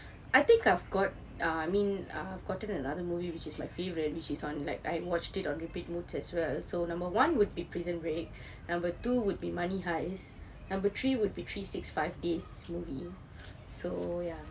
I think I've got uh I mean uh I have gotten another movie which is my favourite which is on like I watched it on repeat modes as well so number one would be prison break number two would be money heist number three would be three six five days movie so ya